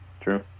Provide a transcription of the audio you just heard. True